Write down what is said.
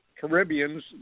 Caribbeans